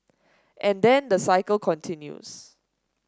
and then the cycle continues